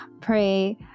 pray